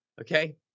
Okay